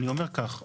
אני אומר כך,